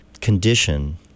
condition